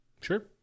Sure